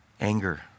anger